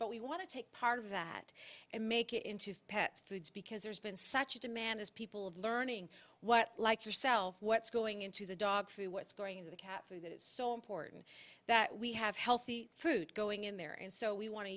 but we want to take part of that and make it into pet foods because there's been such a demand as people of learning what like yourself what's going into the dog food what's going into the cat food that is so important that we have healthy food going in there and so we want to